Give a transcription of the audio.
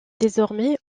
désormais